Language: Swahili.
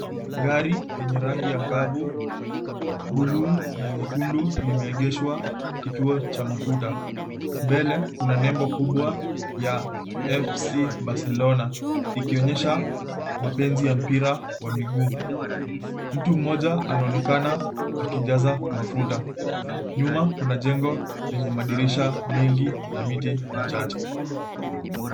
Gari yenye rangi angavu, buluu na nyekundu limeegeshwa kituo cha mafuta. Mbele kuna nembo kubwa ya FC Barcelona, ikionyesha mapenzi ya mpira wa miguu. Mtu mmoja anaonekana akijaza mafuta. Nyuma kuna jengo lenye madirisha mengi na miti michache.